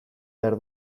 behar